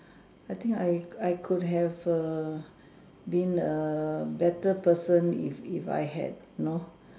I think I I could have a been a better person if if I had you know